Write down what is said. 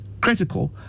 critical